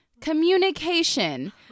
communication